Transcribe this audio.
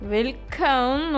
Welcome